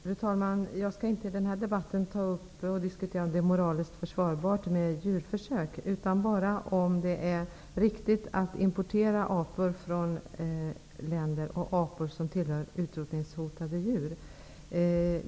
Fru talman! Jag skall inte i den här debatten ta upp och diskutera om det är moraliskt försvarbart med djurförsök, utan bara om det är riktigt att importera apor som tillhör utrotningshotade arter.